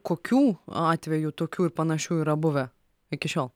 kokių atvejų tokių ir panašių yra buvę iki šiol